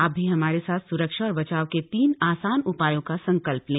आप भी हमारे साथ स्रक्षा और बचाव के तीन आसान उपायों का संकल्प लें